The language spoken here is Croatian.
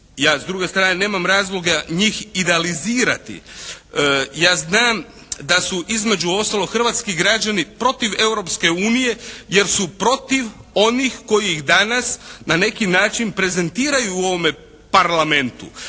Ja s druge strane nemam razloga njih idealizirati. Ja znam da su između ostalog hrvatski građani protiv Europske unije jer su protiv onih koji ih danas na neki način prezentiraju u ovome Parlamentu.